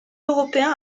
européens